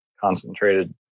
concentrated